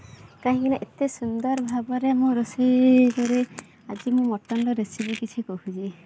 କାହିଁକି ନା ଏତେ ସୁନ୍ଦର ଭାବରେ ମୁଁ ରୋଷେଇ କରେ ଆଜି ମୁଁ ମଟନ୍ ର ରେସିପି କିଛି କହୁଛି